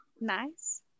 Nice